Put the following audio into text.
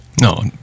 No